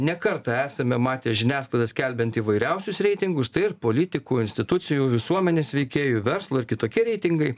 ne kartą esame matę žiniasklaidą skelbiant įvairiausius reitingus tai ir politikų institucijų visuomenės veikėjų verslo ir kitokie reitingai